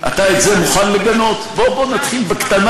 אתה מגנה, חבר הכנסת חאג' יחיא, אבל יש לי שאלה.